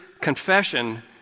confession